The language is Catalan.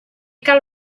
cal